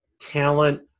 talent